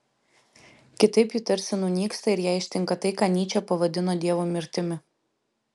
kitaip ji tarsi nunyksta ir ją ištinka tai ką nyčė pavadino dievo mirtimi